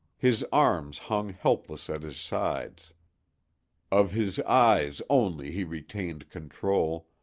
his arms hung helpless at his sides of his eyes only he retained control,